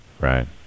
right